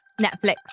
Netflix